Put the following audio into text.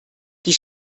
die